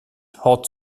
hat